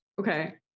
okay